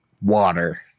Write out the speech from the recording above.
Water